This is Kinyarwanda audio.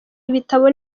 ibitabo